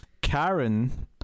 Karen